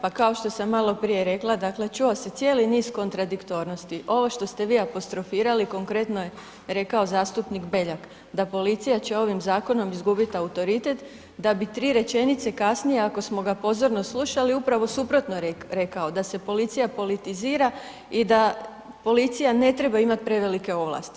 Pa kao što sam maloprije rekla, dakle, čuo se cijeli niz kontradiktornosti, ovo što ste vi apostrofirali konkretno je rekao zastupnik Beljak da policija će ovim zakonom izgubiti autoritet da bi tri rečenice kasnije ako smo ga pozorno slušali, upravo suprotno rekao da se policija politizira i da policija ne treba imat prevelike ovlasti.